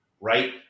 right